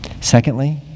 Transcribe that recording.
Secondly